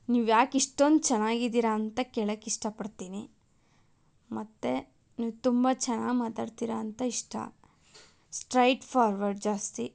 ನೀವು ಯಾಕೆ ಇಷ್ಟೊಂದು ಚೆನ್ನಾಗಿದ್ದೀರಾಂತ ಕೇಳಕ್ಕೆ ಇಷ್ಟಪಡ್ತೀನಿ ಮತ್ತು ನೀವು ತುಂಬ ಚೆನ್ನಾಗಿ ಮಾತಾಡ್ತೀರಾಂತ ಇಷ್ಟ ಸ್ಟ್ರೈಟ್ ಫಾರ್ವರ್ಡ್ ಜಾಸ್ತಿ